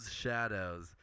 Shadows